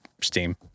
Steam